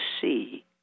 see